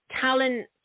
talent